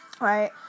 right